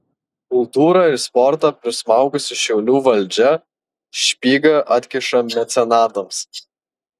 kultūrą ir sportą prismaugusi šiaulių valdžia špygą atkiša mecenatams